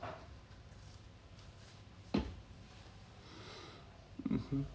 mmhmm